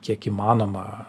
kiek įmanoma